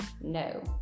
No